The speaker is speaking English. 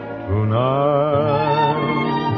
tonight